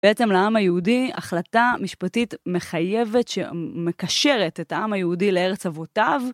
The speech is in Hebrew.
בעצם לעם היהודי החלטה משפטית מחייבת שמקשרת את העם היהודי לארץ אבותיו.